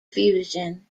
fusion